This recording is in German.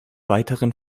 weiteren